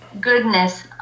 goodness